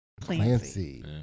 Clancy